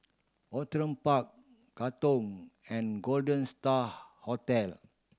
Outram Park Katong and Golden Star Hotel